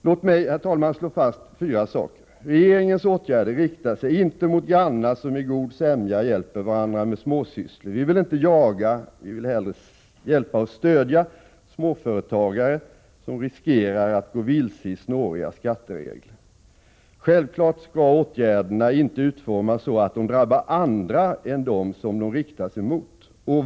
För det första riktar sig regeringens åtgärder inte mot grannar som i god sämja hjälper varandra med småsysslor. Vi vill inte jaga — vi vill hellre hjälpa och stödja — de småföretagare som riskerar att gå vilse i snåriga skatteregler. Självfallet skall åtgärderna inte utformas så att de drabbar andra än dem som de riktas emot.